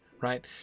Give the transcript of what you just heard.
right